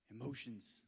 Emotions